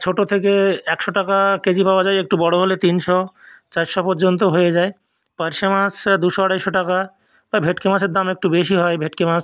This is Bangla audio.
ছোটো থেকে একশো টাকা কেজি পাওয়া যায় একটু বড়ো হলে তিনশো চারশো পর্যন্ত হয়ে যায় পার্শে মাছ দুশো আড়াইশো টাকা বা ভেটকি মাছের দাম একটু বেশি হয় ভেটকি মাছ